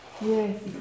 Yes